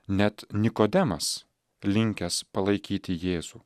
net nikodemas linkęs palaikyti jėzų